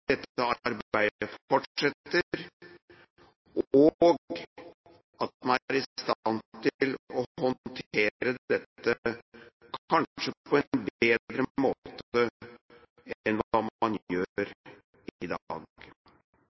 dette arbeidet fortsetter, og at man er i stand til å håndtere dette kanskje på en bedre måte enn hva man gjør i dag.